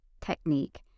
technique